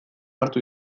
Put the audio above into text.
hartu